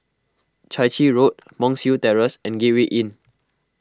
Chai Chee Road Monk's Hill Terrace and Gateway Inn